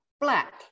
black